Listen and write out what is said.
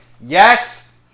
Yes